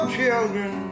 children